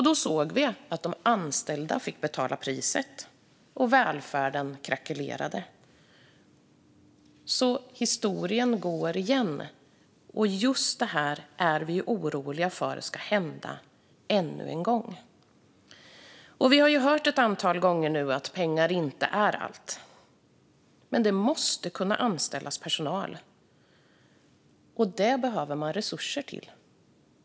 Då såg vi att de anställda fick betala priset och att välfärden krackelerade. Nu upprepar sig historien, och vi är oroliga för att just detta ska hända ännu en gång. Vi har hört ett antal gånger att pengar inte är allt, men personal måste kunna anställas. För detta behövs resurser.